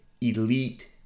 elite